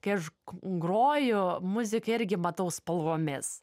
kai aš groju muziką irgi matau spalvomis